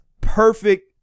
perfect